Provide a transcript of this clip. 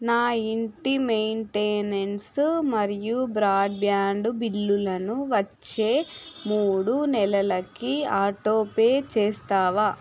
నా ఇంటి మెయింటెనెన్స్ మరియు బ్రాడ్బ్యాండ్ బిల్లులను వచ్చే మూడు నెలలకి ఆటోపే చేస్తావా